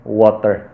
water